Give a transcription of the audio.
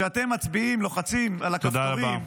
כשאתם מצביעים, לוחצים על הכפתורים,